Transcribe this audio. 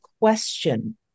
question